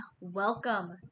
welcome